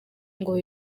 ngo